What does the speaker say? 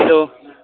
hello